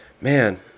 man